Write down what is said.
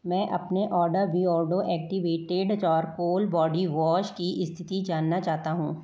मैं अपने order Beardo activated charcoal body wash की स्थिति जानना चाहता हूँ